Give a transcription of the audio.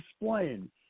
explain